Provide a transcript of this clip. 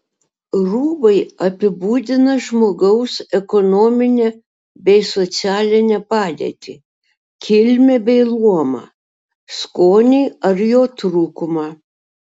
rūbai apibūdina žmogaus ekonominę bei socialinę padėtį kilmę bei luomą skonį ar jo trūkumą